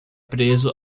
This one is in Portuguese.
preso